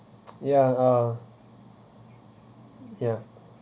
ya uh ya